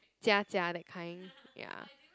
Jia-Jia that kind ya